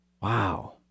Wow